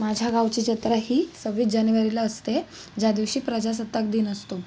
माझ्या गावची जत्रा ही सव्वीस जानेवारीला असते ज्या दिवशी प्रजासत्ताक दिन असतो